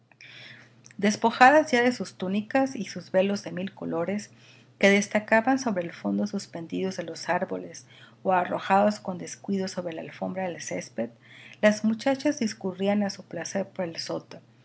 despojadas ya de sus túnicas y sus velos de mil colores que destacaban sobre el fondo suspendidos de los árboles o arrojados con descuido sobre la alfombra del césped las muchachas discurrían a su placer por el soto